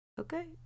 Okay